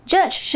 Judge